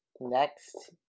Next